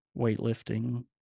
weightlifting